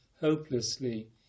hopelessly